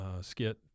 skit